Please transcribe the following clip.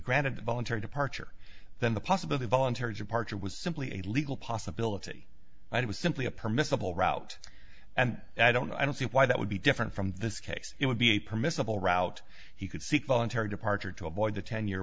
granted the voluntary departure then the possible the voluntary departure was simply a legal possibility i was simply a permissible route and i don't know i don't see why that would be different from this case it would be a permissible route he could seek voluntary departure to avoid the ten year